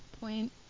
point